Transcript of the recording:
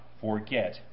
forget